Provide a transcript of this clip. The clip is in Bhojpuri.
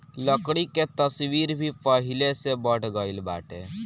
लकड़ी के तस्करी भी पहिले से बढ़ गइल बाटे